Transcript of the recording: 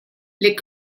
les